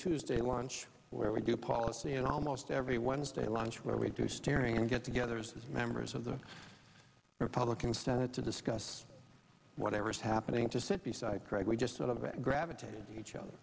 tuesday lunch where we do policy and all most every wednesday lunch where we do staring and get together says members of the republican senate to discuss whatever's happening to sit beside greg we just sort of gravitated to each other